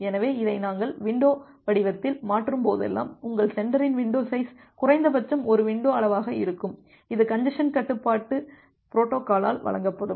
எனவே இதை நாங்கள் வின்டோ வடிவத்தில் மாற்றும்போதெல்லாம் உங்கள் சென்டரின் வின்டோ சைஸ் குறைந்தபட்சம் ஒரு வின்டோ அளவாக இருக்கும் இது கஞ்ஜசன் கட்டுப்பாட்டு பொரோட்டோகாலால் வழங்கப்படும்